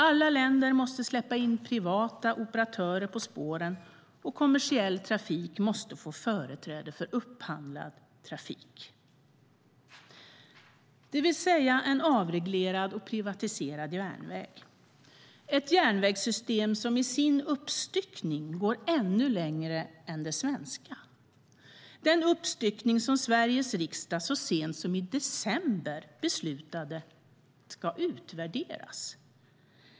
Alla länder måste släppa in privata operatörer på spåren, och kommersiell trafik måste få företräde för upphandlad trafik, det vill säga en avreglerad och privatiserad järnväg. Det är ett järnvägssystem som i sin uppstyckning går ännu längre än det svenska, den uppstyckning som Sveriges riksdag så sent som i december beslutade ska utvärderas.